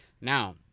now